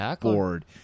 board